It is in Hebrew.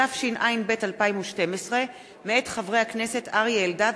התשע"ב 2012, מאת חברי הכנסת אריה אלדד,